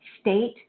state